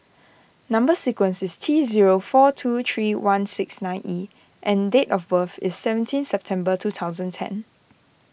Number Sequence is T zero four two three one six nine E and date of birth is seventeen September two thousand ten